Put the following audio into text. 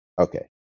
Okay